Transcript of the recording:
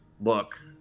look